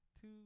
two